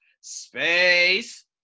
space